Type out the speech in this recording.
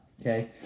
okay